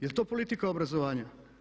Je li to politika obrazovanja?